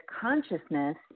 consciousness